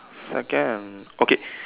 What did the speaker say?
second okay